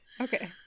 okay